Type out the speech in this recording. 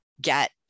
get